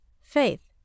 faith